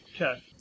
okay